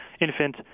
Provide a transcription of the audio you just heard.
infant